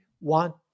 want